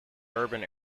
urban